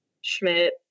Schmidt